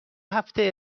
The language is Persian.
هفته